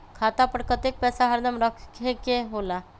खाता पर कतेक पैसा हरदम रखखे के होला?